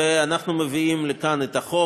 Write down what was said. ואנחנו מביאים לכאן את החוק.